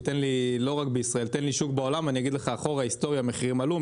תן לי שוק בעולם ואגיד לך אחורה היסטוריה מחירים עלו,